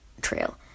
trail